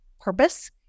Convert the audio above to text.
purpose